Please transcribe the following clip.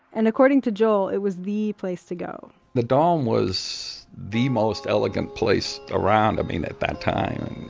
and according to joel it was the place to go the dome was the most elegant place around. i mean, at that time.